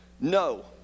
no